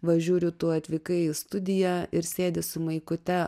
va žiūriu tu atvykai į studiją ir sėdi su maikute